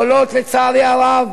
יכולות לצערי הרב